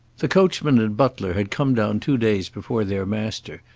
the coachman and butler had come down two days before their master,